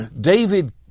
David